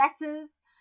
letters